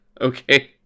okay